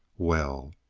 well!